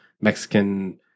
Mexican